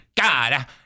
god